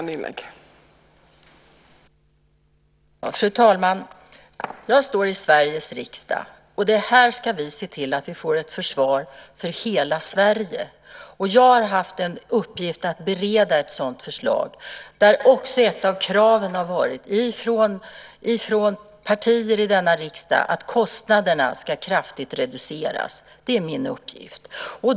Fru talman! Här i Sveriges riksdag ska vi se till att det blir ett försvar för hela Sverige. Jag har haft i uppgift att bereda ett sådant förslag där ett av kraven från partierna har varit att kostnaderna kraftigt ska reduceras. Det har varit min uppgift.